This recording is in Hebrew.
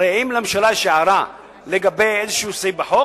הרי אם לממשלה יש הערה לגבי איזה סעיף בחוק,